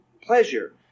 pleasure